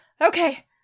Okay